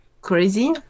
crazy